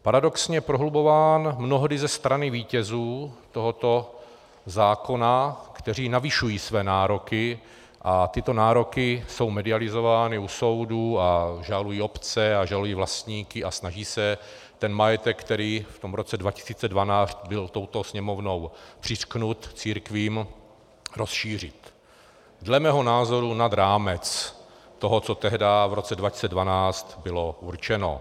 Paradoxně prohlubován mnohdy ze strany vítězů tohoto zákona, kteří navyšují své nároky, a tyto nároky jsou medializovány u soudů, a žalují obce a žalují vlastníky a snaží se ten majetek, který v tom roce 2012 byl touto Sněmovnou přiřknut církvím, rozšířit, dle mého názoru nad rámec toho, co tehdy v roce 2012 bylo určeno.